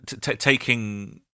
Taking